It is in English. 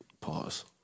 Pause